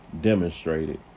Demonstrated